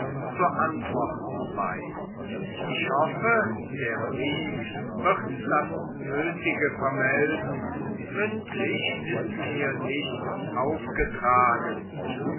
zu antworten weiß ich hoffe der brief wird das nötige vermelden mündlich ist mir nichts aufgetragen